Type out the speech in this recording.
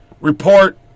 report